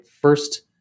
first